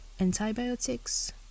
antibiotics